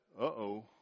uh-oh